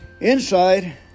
Inside